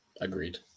Agreed